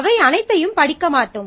அவை அனைத்தையும் படிக்க மாட்டோம்